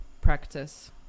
practice